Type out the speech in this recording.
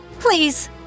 Please